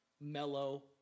mellow